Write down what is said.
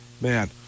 man